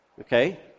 okay